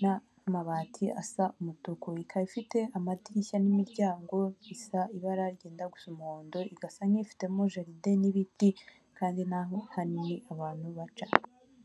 n'amabati asa umutuku, ikaba ifite amadirishya n'imiryango isa ibara ryenda gusa umuhondo, igasa nk'ifitemo jaride n'ibiti kandi n'ahantu hanini abantu baca.